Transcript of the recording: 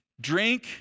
drink